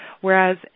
Whereas